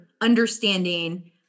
understanding